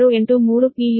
u ಆಗಿತ್ತು